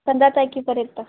पंधरा तारखेपर्यंत